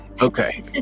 Okay